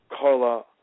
Carla